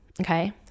Okay